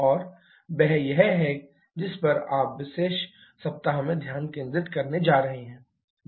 और वह यह है जिस पर आप इस विशेष सप्ताह में ध्यान केंद्रित करने जा रहे हैं